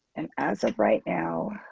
and as of right now.